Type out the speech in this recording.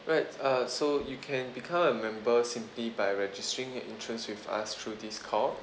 right uh so you can become a member simply by registering your interest with us through this call